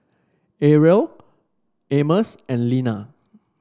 Ariel Amos and Lina